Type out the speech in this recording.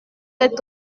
est